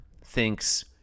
thinks